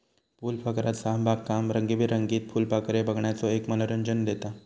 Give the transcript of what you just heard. फुलपाखरूचा बागकाम रंगीबेरंगीत फुलपाखरे बघण्याचो एक मनोरंजन देता